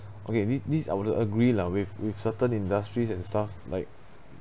okay this this I would agree lah with with certain industries and stuff like